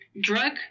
drug